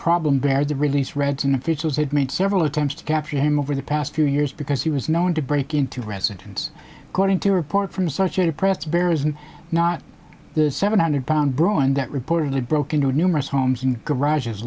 problem bad to release reds and officials had made several attempts to capture him over the past few years because he was known to break into residents according to a report from such a depressed bear is not the seven hundred pound braun that reportedly broke into numerous homes in garages